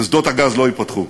ושדות הגז לא ייפתחו.